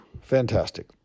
fantastic